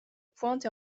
pointe